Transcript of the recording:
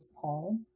Paul